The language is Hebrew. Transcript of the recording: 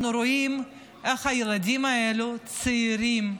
אנחנו רואים איך הילדים הצעירים האלה,